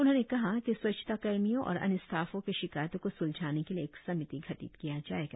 उन्होंने कहा कि स्वच्छता कर्मियो और अन्य स्टफो के शिकायतो को स्लझाने के एक समिति गठित किया जाएगा